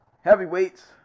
Heavyweights